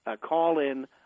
call-in